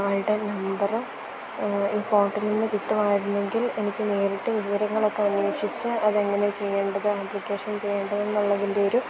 ആളുടെ നമ്പര് ഈ പോര്ട്ടലില് നിന്ന് കിട്ടുമായിരുന്നെങ്കില് എനിക്ക് നേരിട്ട് വിവരങ്ങളൊക്കെ അന്വേഷിച്ച് അതെങ്ങനെയാണ് ചെയ്യേണ്ടത് ആപ്ലിക്കേഷൻ ചെയ്യേണ്ടതെന്നുള്ളതിൻറ്റെയൊരു